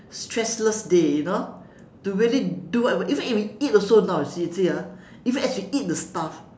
stressless day you know to really do what you want what even if we eat also you know you see ah even as we eat it's tough